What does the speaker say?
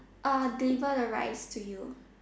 deliver the rice to you